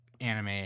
anime